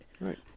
Right